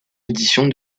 édition